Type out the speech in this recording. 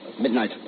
midnight